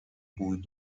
bout